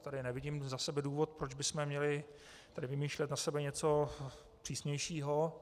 Tady nevidím za sebe důvod, proč bychom měli tady vymýšlet na sebe něco přísnějšího.